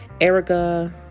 Erica